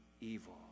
evil